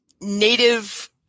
Native